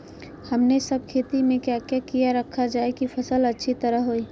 हमने सब खेती में क्या क्या किया रखा जाए की फसल अच्छी तरह होई?